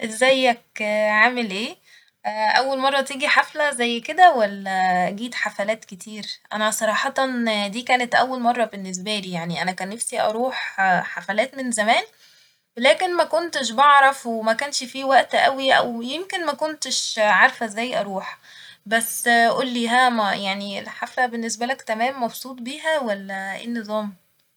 ازيك عامل ايه؟ أول مرة تيجي حفلة زي كده ولا جيت حفلات كتير؟ أنا صراحة دي كانت أول مرة باللنسبالي يعني أنا كان نفسي أروح حفلات من زمان لكن مكنتش بعرف ومكنش في وقت أوي أو يمكن مكنتش عارفه ازاي أروح بس قولي ها ما يعني الحفلة باللنسبالك تمام مبسوط بيها ولا ايه النظام؟